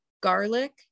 garlic